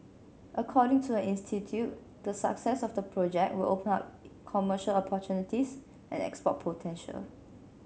according to the institute the success of the project will open up commercial opportunities and export potential